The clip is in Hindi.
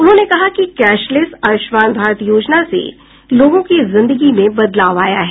उन्होंने कहा कि कैशलेस आयुष्मान भारत योजना से लोगों की जिंदगी में बदलाव आया है